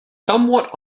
somewhat